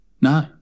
No